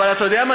אבל אתה יודע מה?